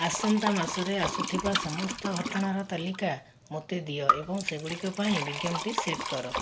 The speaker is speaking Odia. ଆସନ୍ତା ମାସରେ ଆସୁଥିବା ସମସ୍ତ ଘଟଣାର ତାଲିକା ମୋତେ ଦିଅ ଏବଂ ସେଗୁଡ଼ିକ ପାଇଁ ବିଜ୍ଞପ୍ତି ସେଟ୍ କର